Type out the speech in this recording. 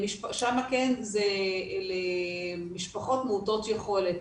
שם כן זה למשפחות מעוטות יכולת